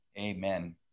Amen